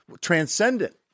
transcendent